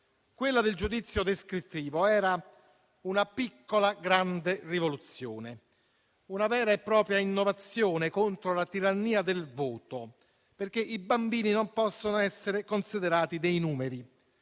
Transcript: Quella del giudizio descrittivo era una piccola grande rivoluzione, una vera e propria innovazione contro la tirannia del voto, perché i bambini non possono essere considerati dei numeri;